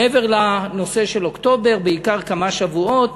מעבר לנושא של אוקטובר, בעיקר כמה שבועות